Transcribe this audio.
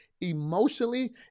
emotionally